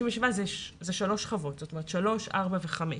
שלוש שכבות: 3, 4 ו-5.